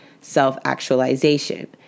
self-actualization